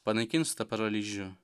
panaikins tą paralyžių